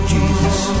Jesus